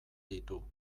ditu